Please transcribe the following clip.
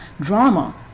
drama